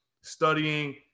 studying